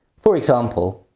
for example